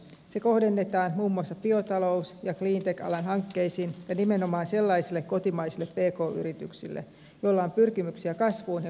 se kohdennetaan muun muassa biotalous ja cleantech alan hankkeisiin ja nimenomaan sellaisille kotimaisille pk yrityksille joilla on pyrkimyksiä kasvuun ja kansainvälistymiseen